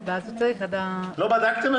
תעדכנו את